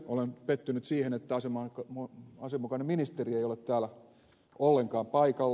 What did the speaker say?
olen pettynyt siihen että asianomainen ministeri ei ole täällä ollenkaan paikalla